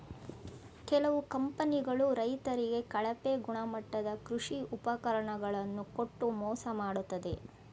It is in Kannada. ಕೆಲವು ಕಂಪನಿಗಳು ರೈತರಿಗೆ ಕಳಪೆ ಗುಣಮಟ್ಟದ ಕೃಷಿ ಉಪಕರಣ ಗಳನ್ನು ಕೊಟ್ಟು ಮೋಸ ಮಾಡತ್ತದೆ